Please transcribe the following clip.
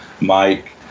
Mike